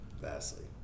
Vastly